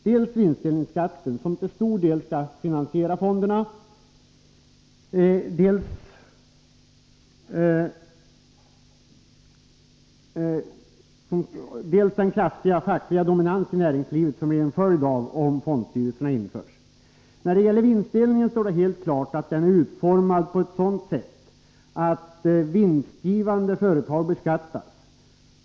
Dels vinstdelningsskatten, som till stor del skall finansiera fonderna, dels den kraftiga fackliga dominans i näringslivet som blir en följd om fondstyrelserna införs. När det gäller vinstdelningen står det helt klart att den är utformad på ett sådant sätt att vinstgivande företag beskattas.